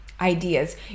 Ideas